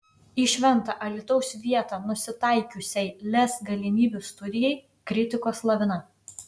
į šventą alytaus vietą nusitaikiusiai lez galimybių studijai kritikos lavina